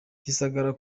gisagara